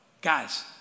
Guys